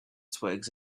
twigs